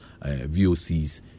VOCs